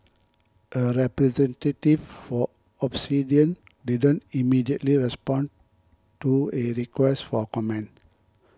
a representative for Obsidian didn't immediately respond to a request for comment